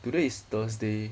today is thursday